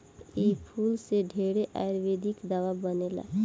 इ फूल से ढेरे आयुर्वेदिक दावा बनेला